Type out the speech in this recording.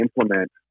implement